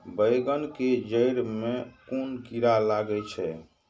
बेंगन के जेड़ में कुन कीरा लागे छै?